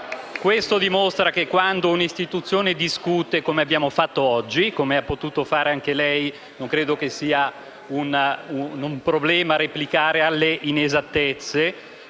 questo dimostra che, quando un'istituzione discute, come abbiamo fatto oggi e come ha potuto fare anche lei - non credo sia un problema replicare alle inesattezze